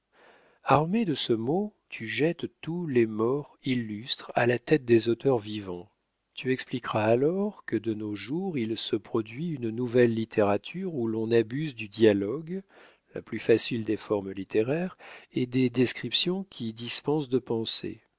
armé de ce mot tu jettes tous les morts illustres à la tête des auteurs vivants tu expliqueras alors que de nos jours il se produit une nouvelle littérature où l'on abuse du dialogue la plus facile des formes littéraires et des descriptions qui dispensent de penser